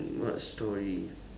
what story